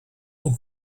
aux